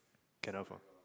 can not for